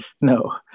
No